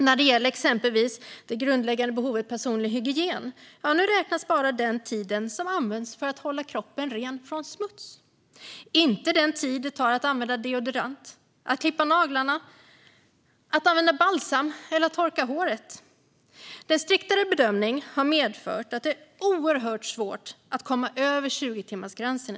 När det gäller exempelvis det grundläggande behovet personlig hygien räknas nu bara den tid som används för att hålla kroppen ren från smuts och inte den tid det tar att använda deodorant, att klippa naglarna, att använda balsam eller att torka håret. Den striktare bedömningen har medfört att det är oerhört svårt att i dag komma över 20-timmarsgränsen.